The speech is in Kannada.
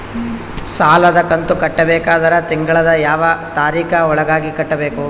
ಸಾಲದ ಕಂತು ಕಟ್ಟಬೇಕಾದರ ತಿಂಗಳದ ಯಾವ ತಾರೀಖ ಒಳಗಾಗಿ ಕಟ್ಟಬೇಕು?